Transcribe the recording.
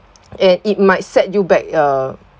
and it might set you back uh